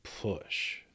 push